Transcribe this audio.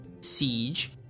Siege